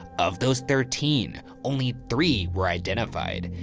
of those thirteen only three were identified.